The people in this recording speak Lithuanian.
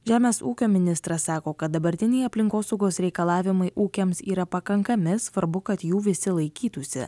žemės ūkio ministras sako kad dabartiniai aplinkosaugos reikalavimai ūkiams yra pakankami svarbu kad jų visi laikytųsi